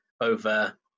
over